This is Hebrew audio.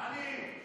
טלי.